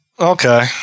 Okay